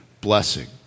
blessing